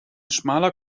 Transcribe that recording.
schmaler